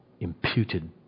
imputed